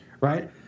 right